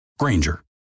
granger